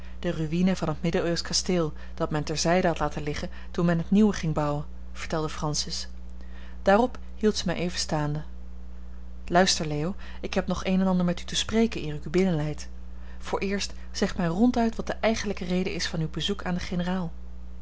de ruïne van het middeleeuwsch kasteel dat men ter zijde had laten liggen toen men het nieuwe ging opbouwen vertelde francis daarop hield zij mij even staande luister leo ik heb nog een en ander met u te spreken eer ik u binnenleid vooreerst zeg mij ronduit wat de eigenlijke rede is van uw bezoek aan den generaal